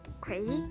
crazy